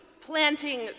planting